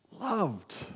loved